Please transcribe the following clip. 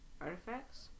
Artifacts